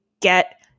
get